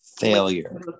Failure